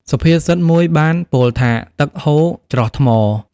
សុភាសិតមួយបានពោលថា "ទឹកហូរ ច្រោះថ្ម"។